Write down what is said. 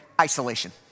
isolation